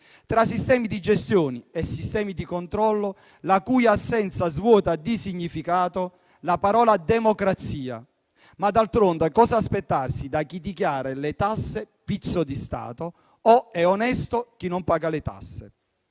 tra sistemi di gestione e sistemi di controllo, la cui assenza svuota di significato la parola democrazia. D'altronde, però, cosa aspettarsi da chi dichiara che le tasse sono un pizzo di Stato o che è onesto chi non paga le tasse?